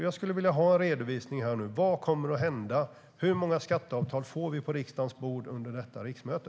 Jag skulle vilja ha en redovisning här nu: Vad kommer att hända? Hur många skatteavtal får vi på riksdagens bord under detta riksmöte?